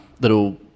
little